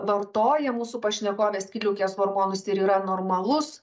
vartoja mūsų pašnekovė skydliaukės hormonus ir yra normalus